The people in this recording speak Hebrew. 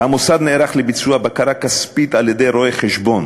המוסד נערך לביצוע בקרה כספית על-ידי רואה-חשבון,